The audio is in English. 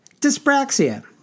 Dyspraxia